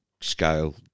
scale